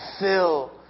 fill